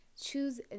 choose